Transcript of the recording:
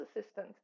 assistant